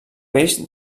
peix